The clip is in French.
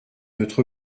notre